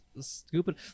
stupid